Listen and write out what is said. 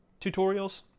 tutorials